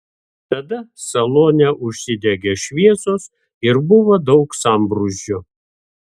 tada salone užsidegė šviesos ir buvo daug sambrūzdžio